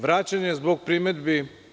Vraćen je zbog primedbi.